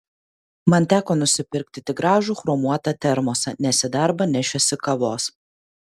man teko nusipirkti tik gražų chromuotą termosą nes į darbą nešiuosi kavos